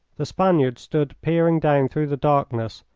the spaniard stood peering down through the darkness,